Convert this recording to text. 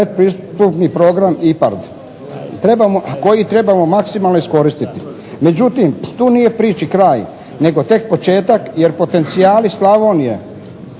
predpristupni program IPARD, a koji trebamo maksimalno iskoristiti. Međutim, tu nije priči kraj, nego tek početak jer potencijali Slavonije